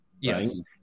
yes